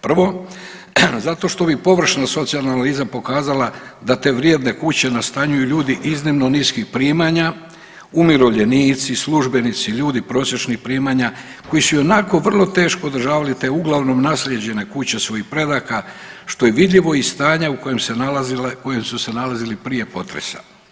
Prvo, zašto što bi površna socijalna analiza pokazala da te vrijedne kuće nastanjuju ljudi iznimno niskih primanja, umirovljenici, službenici, ljudi prosječnih primanja, koji su ionako teško održavali te uglavnom naslijeđene kuće svojih predaka, što je vidljivo iz stanja u kojem su se nalazili prije potresa.